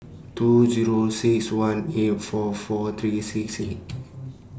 two Zero six one eight four four three six six